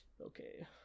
okay